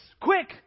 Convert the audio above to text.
quick